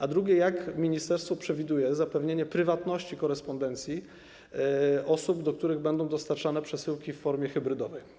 A drugie brzmi: W jaki sposób ministerstwo przewiduje zapewnienie prywatności korespondencji osób, do których będą dostarczane przesyłki w formie hybrydowej?